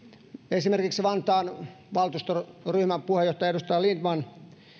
esimerkiksi vantaan valtuustoryhmän puheenjohtaja edustaja lindtmanilta